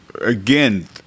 again